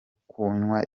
kunywa